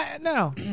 No